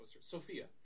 Sophia